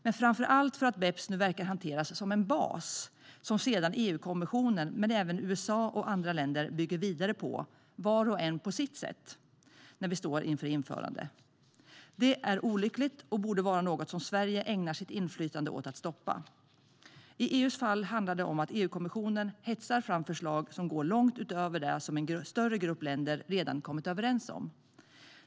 Men framför allt handlar det om att BEPS nu verkar hanteras som en bas som sedan EU-kommissionen, men även USA och andra länder, bygger vidare på, var och en på sitt sätt, när vi står inför införande. Det är olyckligt och borde vara något som Sverige ägnar sitt inflytande åt att stoppa. I EU:s fall handlar det om att EU-kommissionen hetsar fram förslag som går långt utöver det som en större grupp länder redan har kommit överens om.